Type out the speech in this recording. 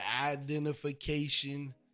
identification